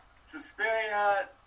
Suspiria